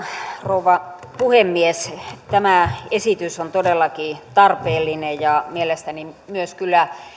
rouva puhemies tämä esitys on todellakin tarpeellinen ja mielestäni myös kyllä